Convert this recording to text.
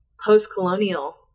post-colonial